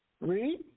Read